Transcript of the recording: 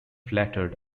flattered